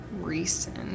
recent